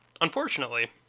Unfortunately